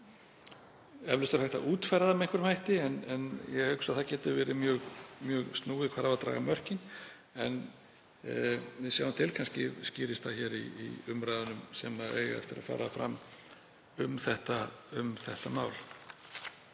Eflaust er hægt að útfæra það með einhverjum hætti, en ég hugsa að það geti verið mjög snúið hvar eigi að draga mörkin. En við sjáum til. Kannski skýrist það í umræðunum sem eiga eftir að fara fram um þetta mál.